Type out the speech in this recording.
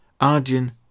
Arjun